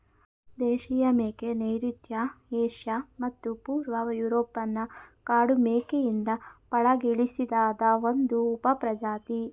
ದೇಶೀಯ ಮೇಕೆ ನೈಋತ್ಯ ಏಷ್ಯಾ ಮತ್ತು ಪೂರ್ವ ಯೂರೋಪ್ನ ಕಾಡು ಮೇಕೆಯಿಂದ ಪಳಗಿಸಿಲಾದ ಒಂದು ಉಪಪ್ರಜಾತಿ